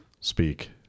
speak